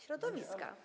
Środowiska.